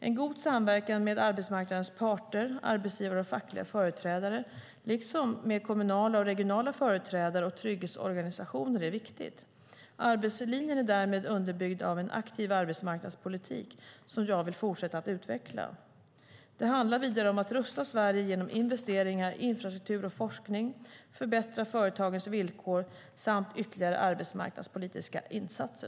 En god samverkan med arbetsmarknadens parter, arbetsgivare och fackliga företrädare liksom med kommunala och regionala företrädare och trygghetsorganisationer är viktig. Arbetslinjen är därmed underbyggd av en aktiv arbetsmarknadspolitik som jag vill fortsätta att utveckla. Det handlar vidare om att rusta Sverige genom investeringar i infrastruktur och forskning, förbättra företagens villkor samt ytterligare arbetsmarknadspolitiska insatser.